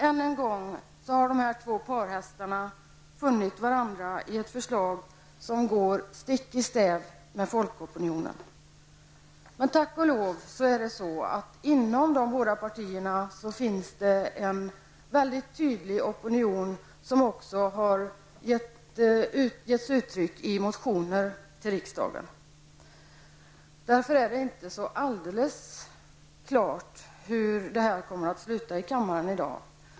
Än en gång har dessa parhästar funnit varandra i ett förslag som går stick i stäv mot folkopinionen. Men tack och lov finns det inom de båda partierna en mycket tydlig opinion, som också har uttrycks i motioner till riksdagen. Därför är det inte så alldeles klart hur detta kommer att sluta i kammaren.